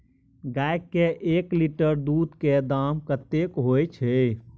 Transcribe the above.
गाय के एक लीटर दूध के दाम कतेक होय छै?